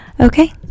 okay